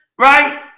right